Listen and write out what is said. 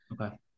okay